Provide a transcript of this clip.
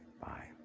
Bye